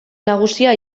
nagusia